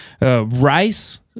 Rice